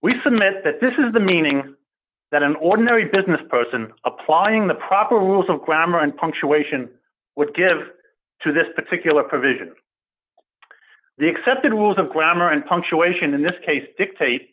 that this is the meaning that an ordinary business person applying the proper rules of grammar and punctuation would give to this particular provision the accepted rules of grammar and punctuation in this case dictate